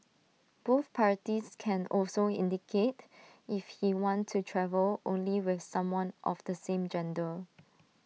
both parties can also indicate if he want to travel only with someone of the same gender